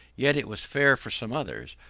yet it was fair for some others,